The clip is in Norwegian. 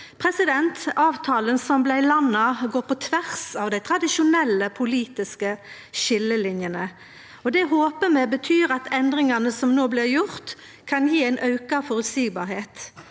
Avtalen som blei landa, går på tvers av dei tradisjonelle politiske skiljelinjene. Det håpar vi betyr at endringane som no blir gjorde, kan gje meir føreseielege